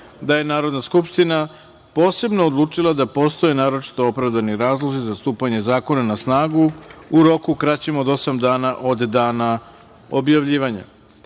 da je Narodna skupština posebno odlučila da postoje naročito opravdani razlozi za stupanje zakona na snagu u roku kraćem od osam dana od dana objavljivanja. Pošto